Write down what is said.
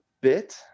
bit